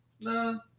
No